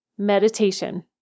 Meditation